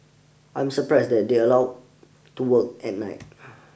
I'm surprised that they allowed to work at night